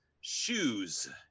shoes